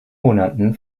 monaten